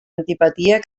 antipatia